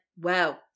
wow